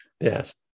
Yes